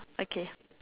okay